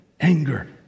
anger